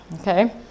okay